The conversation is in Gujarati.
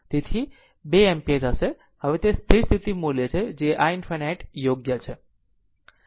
તેથી તે 2 એમ્પીયર હશે તે સ્થિર સ્થિતિ મૂલ્ય છે જે i ∞ યોગ્ય છે